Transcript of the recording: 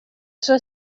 sua